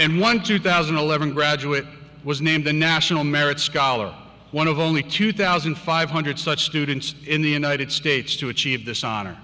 and one two thousand and eleven graduate was named the national merit scholar one of only two thousand five hundred such students in the united states to achieve this honor